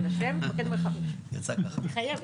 מירב בן ארי, יו"ר ועדת ביטחון פנים: נכון.